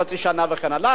אלא לחשוב מחוץ לקופסה.